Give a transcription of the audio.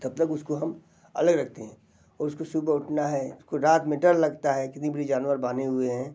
तब तक उसको हम अलग रखते हैं और उसको सुबह उठना है उसको रात में डर लगता है कितनी बड़ी जानवर बांधे हुए हैं